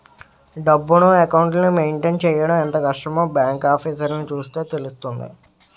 డబ్బును, అకౌంట్లని మెయింటైన్ చెయ్యడం ఎంత కష్టమో బాంకు ఆఫీసర్లని చూస్తే తెలుస్తుంది